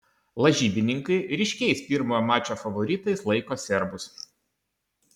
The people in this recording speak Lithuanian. lažybininkai ryškiais pirmojo mačo favoritais laiko serbus